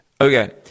Okay